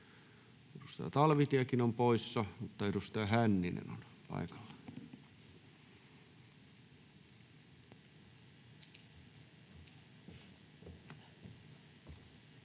edustaja Talvitiekin on poissa — mutta edustaja Hänninen on paikalla.